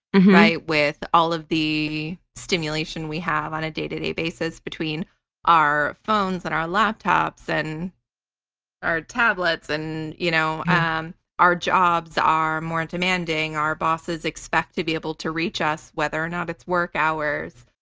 with all of the stimulation we have on a day-to-day basis between our phones and our laptops and our tablets and you know um our jobs are more demanding. our bosses expect to be able to reach us, whether or not it's work hours.